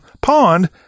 pond